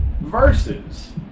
versus